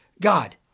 God